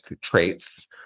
traits